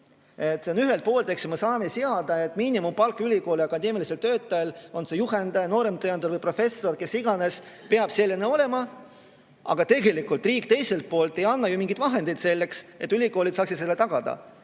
Ühelt poolt me saame seada, et miinimumpalk ülikooli akadeemilisel töötajal, on see juhendaja, nooremteadur või professor, kes iganes, peab selline olema, aga tegelikult teiselt poolt riik ei anna ju mingeid vahendeid selleks, et ülikoolid saaksid seda tagada.